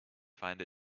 find